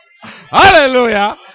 hallelujah